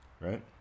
right